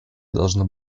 должно